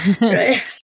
Right